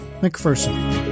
McPherson